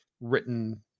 written